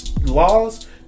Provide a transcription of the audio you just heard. laws